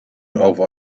over